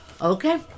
Okay